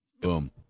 Boom